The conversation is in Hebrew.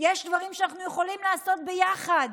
יש דברים שאנחנו יכולים לעשות ביחד.